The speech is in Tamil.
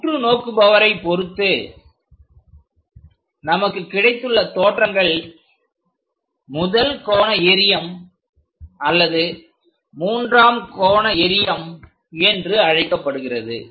உற்றுநோக்குபவரை பொறுத்து நமக்கு கிடைத்துள்ள தோற்றங்கள் முதல் கோண எறியம் அல்லது மூன்றாம் கோண எறியம் என்று அழைக்கப்படுகிறது